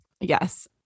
Yes